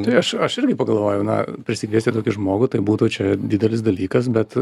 tai aš aš irgi pagalvojau na prisikviesti tokį žmogų tai būtų čia didelis dalykas bet